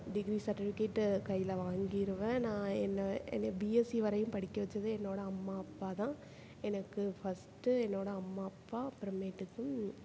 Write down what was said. degree certificate கையில் வாங்கிடுவேன் நான் என்னை என்னை பிஎஸ்சி வரையும் படிக்க வைச்சது என்னோடய அம்மா அப்பா தான் எனக்கு ஃபர்ஸ்ட்டு என்னோடய அம்மா அப்பா அப்புறமேட்டுக்கு